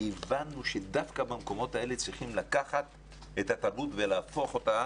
כי הבנו שדווקא במקומות האלה צריכים לקחת את התרבות ולהפוך אותה